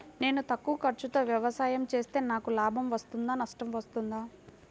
నేను తక్కువ ఖర్చుతో వ్యవసాయం చేస్తే నాకు లాభం వస్తుందా నష్టం వస్తుందా?